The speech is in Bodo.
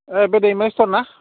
ए बे दैमारि स्ट'र ना